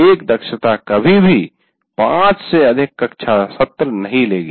एक दक्षता कभी भी 5 से अधिक कक्षा सत्र नहीं लेगी